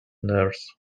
nurse